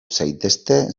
zaitezte